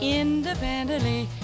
independently